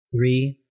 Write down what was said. Three